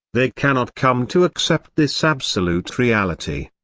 they cannot come to accept this absolute reality.